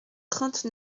trente